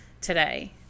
today